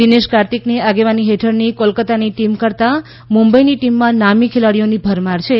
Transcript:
દિનેશ કાર્તિકની આગેવાની હેઠળની કોલકાતાની ટીમ કરતાં મુંબઈની ટીમમાં નામી ખેલાડીઓની ભરમાર છે